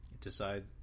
Decide